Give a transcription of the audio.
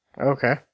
Okay